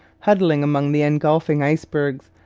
huddling among the engulfing icebergs.